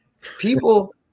people